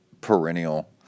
perennial